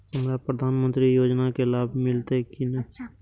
हमरा प्रधानमंत्री योजना के लाभ मिलते की ने?